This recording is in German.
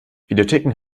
videotheken